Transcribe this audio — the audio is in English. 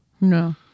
No